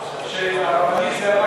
שיירשם בפרוטוקול שהיושב-ראש אמר שהרבנית זהבה